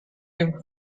him